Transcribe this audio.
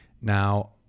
Now